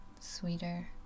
sweeter